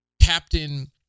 Captain